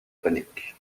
panic